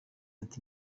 ati